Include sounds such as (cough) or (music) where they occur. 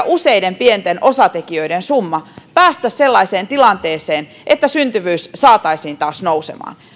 (unintelligible) useiden pienten osatekijöiden summa päästä sellaiseen tilanteeseen että syntyvyys saataisiin taas nousemaan